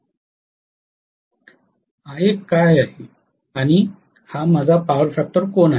Ia काय आहे आणि हा माझा पॉवर फॅक्टर कोन आहे